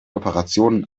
operationen